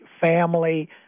family